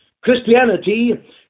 christianity